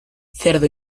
cerdo